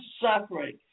suffering